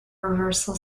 reversal